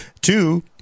two